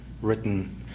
written